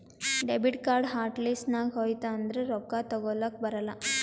debit card hot list ನಾಗ್ ಹೋಯ್ತು ಅಂದುರ್ ರೊಕ್ಕಾ ತೇಕೊಲಕ್ ಬರಲ್ಲ